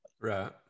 Right